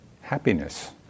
happiness